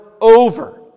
over